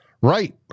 right